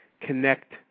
connect